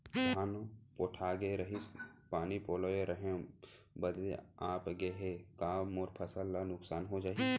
धान पोठागे रहीस, पानी पलोय रहेंव, बदली आप गे हे, का मोर फसल ल नुकसान हो जाही?